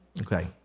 Okay